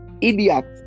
idiot